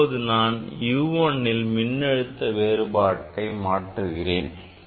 இப்போது நான் U1ல் மின்னழுத்த வேறுபாட்டை மாற்றுகிறேன்